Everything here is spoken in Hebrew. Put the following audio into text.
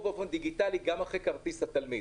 באופן דיגיטלי גם אחרי כרטיס התלמיד.